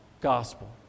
gospel